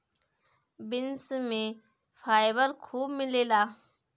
beans में fibre खूब मिलेला